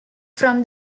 from